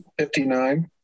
59